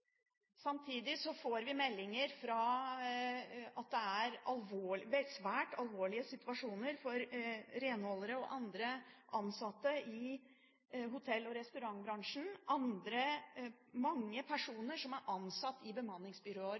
Samtidig får vi meldinger om at det er en svært alvorlig situasjon for renholdere og andre ansatte i hotell- og restaurantbransjen. Mange personer som er ansatt i